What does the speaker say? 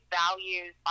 values